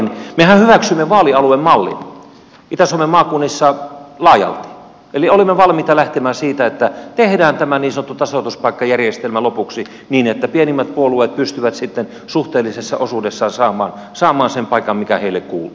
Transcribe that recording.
mehän hyväksyimme vaalialuemallin itä suomen maakunnissa laajalti eli olimme valmiita lähtemään siitä että tehdään tämä niin sanottu tasoituspaikkajärjestelmä lopuksi niin että pienimmät puolueet pystyvät sitten suhteellisessa osuudessaan saamaan sen paikan mikä heille kuuluu